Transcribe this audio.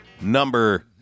number